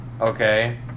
Okay